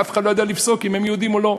אף אחד לא ידע לפסוק אם הם יהודים או לא.